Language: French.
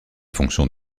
fonctions